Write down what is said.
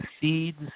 seeds